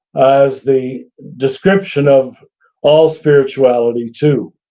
as the description of all spirituality too.